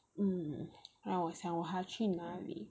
hmm 让我想我还去哪里